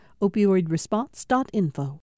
Opioidresponse.info